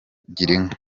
girinka